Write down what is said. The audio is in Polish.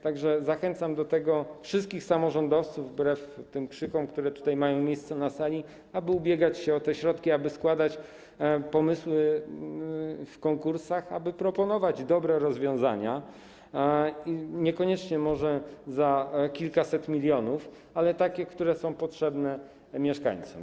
Tak że zachęcam do tego wszystkich samorządowców, wbrew tym krzykom, które mają miejsce tutaj, na sali, aby ubiegać się o te środki, aby składać pomysły w konkursach, aby proponować dobre rozwiązania, i niekoniecznie może za kilkaset milionów, ale takie, które są potrzebne mieszkańcom.